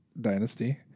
Dynasty